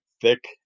thick